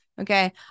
Okay